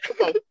Okay